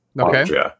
Okay